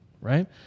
right